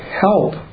help